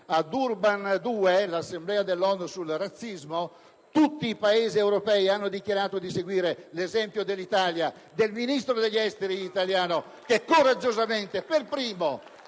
a Durban 2, la Conferenza dell'ONU sul razzismo, tutti i Paesi europei hanno dichiarato di seguire l'esempio dell'Italia e del Ministro degli affari esteri italiano, che, coraggiosamente, per primo